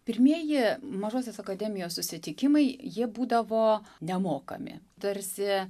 pirmieji mažosios akademijos susitikimai jie būdavo nemokami tarsi